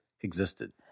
existed